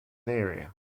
area